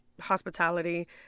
hospitality